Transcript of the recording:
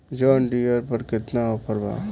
John Deere पर केतना offer बा?